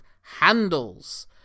handles